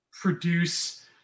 produce